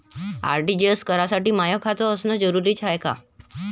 RTGS करासाठी माय खात असनं जरुरीच हाय का?